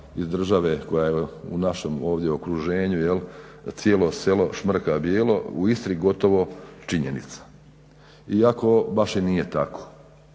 iz države koja je u našem ovdje okruženju "cijelo selo šmrka bijelo" u Istri gotovo činjenica iako baš i nije tako.